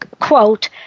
quote